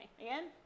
Again